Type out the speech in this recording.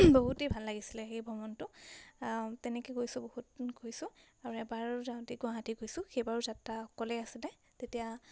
বহুতেই ভাল লাগিছিলে সেই ভ্ৰমণটো তেনেকৈ গৈছোঁ বহুত গৈছোঁ আৰু এবাৰ যাওঁতে গুৱাহাটী গৈছোঁ সেইবাৰো যাত্ৰা অকলেই আছিলে তেতিয়া